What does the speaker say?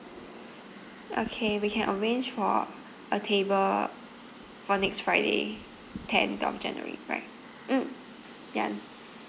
okay we can arrange for a table for next friday tenth of january right mm ya